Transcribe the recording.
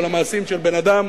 של המעשים של אדם,